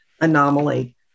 anomaly